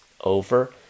over